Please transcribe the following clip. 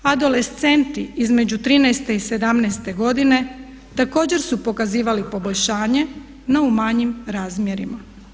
Adolescenti između 13 i 17 godine također su pokazivali poboljšanje no u manjim razmjerima.